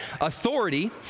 authority